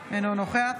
נגד אוהד